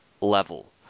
level